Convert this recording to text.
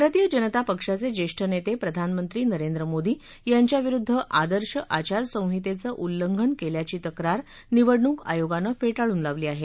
भारतीय जनता पक्षाचे जेष्ठ नेते प्रधानमंत्री नरेंद्र मोदी यांच्याविरूद्व आदर्श आचारसंहितेचं उल्लंघन केल्याची तक्रार निवडणूक आयोगानं फे ळून लावली आहे